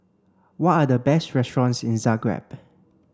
what are the best restaurants in Zagreb